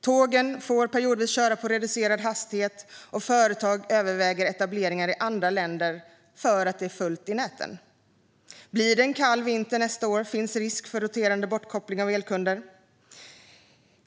Tåg får periodvis köra på reducerad hastighet, och företag överväger etableringar i andra länder för att det är fullt i nätet. Blir det en kall vinter nästa år finns risk för roterande bortkoppling av elkunder.